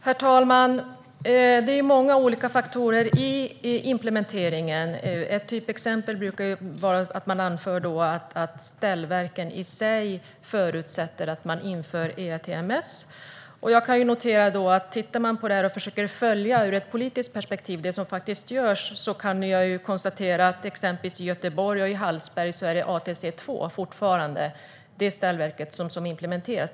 Herr talman! Det är många olika faktorer i implementeringen. Ett typexempel som man brukar anföra är att ställverken i sig förutsätter att man inför ERTMS. Jag kan notera att tittar man på det här och ur ett politiskt perspektiv försöker följa det som faktiskt görs kan man konstatera att det i exempelvis Göteborg och Hallsberg fortfarande är ställverket ATC 2 som implementeras.